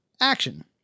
Action